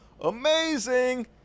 Amazing